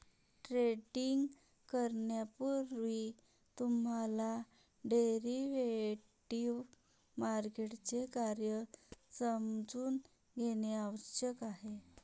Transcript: trading करण्यापूर्वी तुम्हाला derivative मार्केटचे कार्य समजून घेणे आवश्यक आहे